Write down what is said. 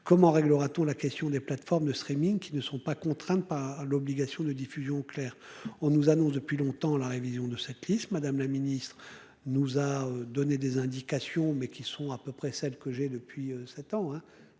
comment réglera-t-on la question des plateformes de streaming qui ne sont pas contraints pas à l'obligation de diffusion clair. On nous annonce depuis longtemps la révision de cette liste Madame la Ministre nous a donné des indications mais qui sont à peu près celle que j'ai de. Puis 7 ans